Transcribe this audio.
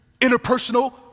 interpersonal